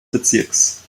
bezirks